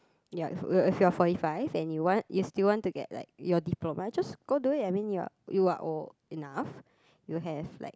ya if if you're forty five and you want you still want to get like your diploma just go do it I mean you are you are old enough you have like